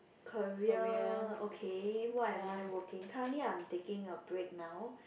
career okay what am I working currently I am taking a break now